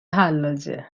حلاجه